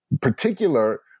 particular